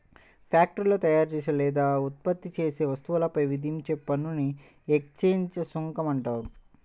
ఫ్యాక్టరీలో తయారుచేసే లేదా ఉత్పత్తి చేసే వస్తువులపై విధించే పన్నుని ఎక్సైజ్ సుంకం అంటారు